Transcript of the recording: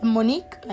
Monique